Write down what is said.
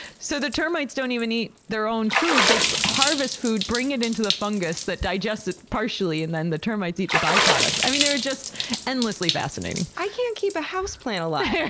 so the termites don't even eat their own food they harvest food, bring it into the fungus, that digests it partially, and then the termites eat the by-product. i mean, they're just endlessly fascinating. i can't keep house plant alive!